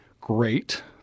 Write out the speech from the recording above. Great